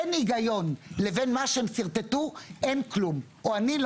בין היגיון לבין מה שהם שרטטו אין כלום או אני,